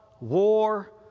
war